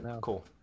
Cool